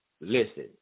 Listen